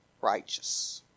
righteous